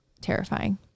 terrifying